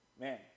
man